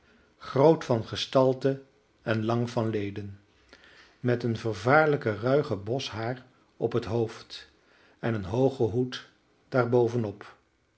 groot van gestalte en lang van leden met een vervaarlijken ruigen bos haar op het hoofd en een hoogen hoed